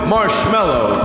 Marshmallow